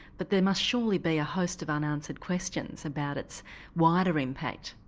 but there must surely be a host of unanswered questions about its wider impact?